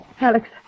Alex